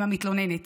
עם המתלוננת.